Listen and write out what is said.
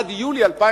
עד יולי 2001,